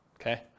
Okay